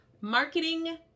marketing